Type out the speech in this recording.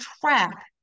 track